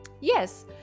Yes